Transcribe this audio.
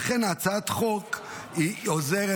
לכן הצעת החוק עוזרת.